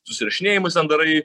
susirašinėjimus tem darai